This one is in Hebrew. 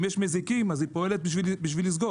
אם יש מזיקים אז היא פועלת בשביל לסגור.